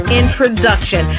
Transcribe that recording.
introduction